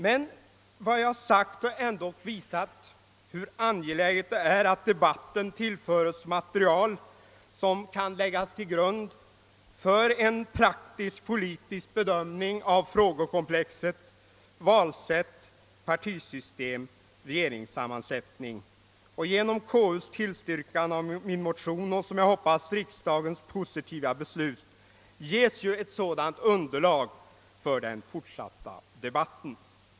Men vad jag har sagt har ändå visat, hur angeläget det är, att debatten tillförs material som kan läggas till grund för en praktisk politisk bedöm ning av frågekomplexet — valsätt, partisystem och regeringssammansättning — och genom konstitutionsutskottets tillstyrkande av min motion och, som jag hoppas, riksdagens positiva beslut ges ju ett sådant underlag för den fortsatta debatten.